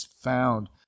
found